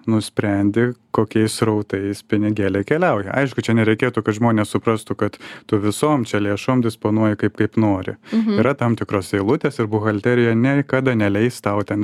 nusprendė kokiais srautais pinigėliai keliauja aišku čia nereikėtų kad žmonės suprastų kad tu visom lėšom disponuoji kaip kaip nori yra tam tikros eilutės ir buhalterija niekada neleis tau ten